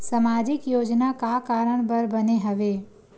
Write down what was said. सामाजिक योजना का कारण बर बने हवे?